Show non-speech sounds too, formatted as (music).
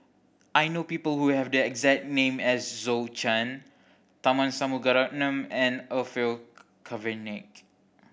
I know people who have the exact name as Zhou Can Tharman Shanmugaratnam and Orfeur (unintelligible) Cavenagh